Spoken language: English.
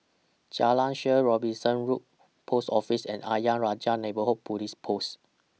Jalan Shaer Robinson Road Post Office and Ayer Rajah Neighbourhood Police Post